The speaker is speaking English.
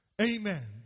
amen